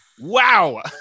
Wow